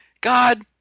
God